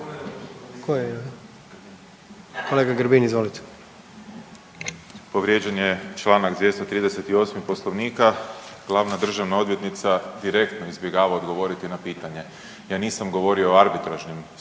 Kolega Grbin, izvolite.